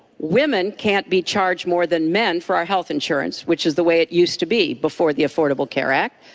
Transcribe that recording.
women can't be charged more than men for our health insurance, which is the way it used to be before the affordable care act.